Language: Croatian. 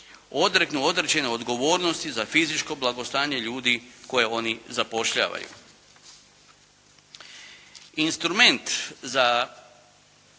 odreknu određene odgovornosti za fizičko blagostanje ljudi koje oni zapošljavaju.